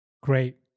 Great